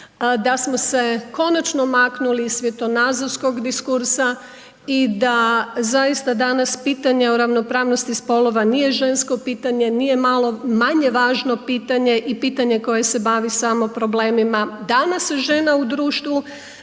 da smo se konačno maknuli iz svjetonazorskog diskursa i da zaista danas pitanje o ravnopravnosti spolova nije žensko pitanje nije malo manje važno pitanje i pitanje koje se bavi samo problemima. Danas .../Govornik